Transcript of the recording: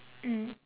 mm